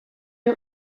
you